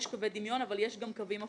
יש קווי דמיון אבל יש גם קווים מפקידים.